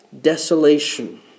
desolation